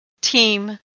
team